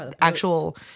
actual